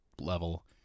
level